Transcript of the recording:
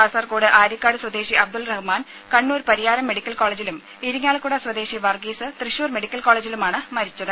കാസർകോട് ആര്യക്കാടി സ്വദേശി അബ്ദുൾ റഹ്മാൻ കണ്ണൂർ പരിയാരം മെഡിക്കൽ കോളേജിലും ഇരിങ്ങാലക്കുട സ്വദേശി വർഗീസ് തൃശൂർ മെഡിക്കൽ കോളേജിലുമാണ് മരിച്ചത്